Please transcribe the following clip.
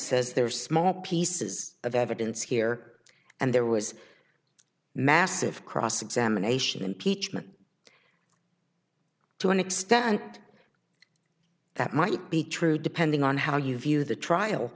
says there are small pieces of evidence here and there was massive cross examination impeachment to an extent that might be true depending on how you view the trial